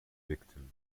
victims